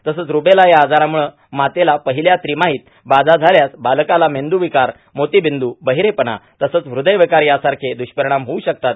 तसंच रूबेला या आजारामुळं मातेला पहिल्या त्रिमाहित बाधा झाल्यास बालकाला मेंदूविकार मोतीबिंदू बहिरेपणा तसंच हृदयविकार यासारखे दुष्परिणाम होवू शकतात